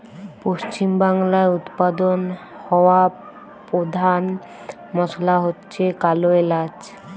পশ্চিমবাংলায় উৎপাদন হওয়া পোধান মশলা হচ্ছে কালো এলাচ